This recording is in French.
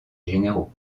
généraux